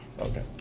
Okay